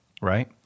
right